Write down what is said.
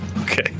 Okay